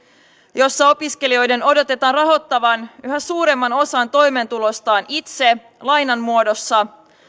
jossa opiskelijoiden odotetaan rahoittavan yhä suuremman osan toimeentulostaan itse lainan muodossa